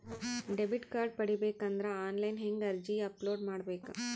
Debit card ಪಡಿಬೇಕು ಅಂದ್ರ online ಹೆಂಗ್ ಅರ್ಜಿ ಅಪಲೊಡ ಮಾಡಬೇಕು?